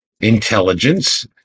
intelligence